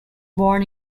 born